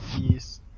Yes